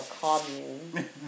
commune